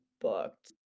booked